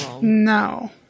No